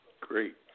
Great